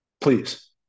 Please